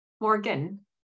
Morgan